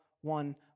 one